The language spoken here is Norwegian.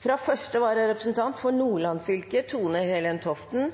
Fra første vararepresentant for Nordland fylke, Tone-Helen Toften